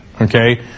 okay